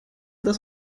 das